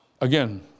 Again